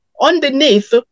underneath